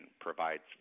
provides